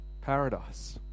paradise